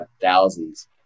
thousands